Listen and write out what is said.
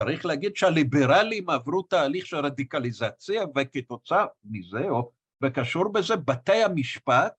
צריך להגיד שהליברלים עברו תהליך של רדיקליזציה, וכתוצאה מזה וקשור בזה בתי המשפט